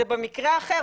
זה במקרה האחר,